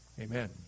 Amen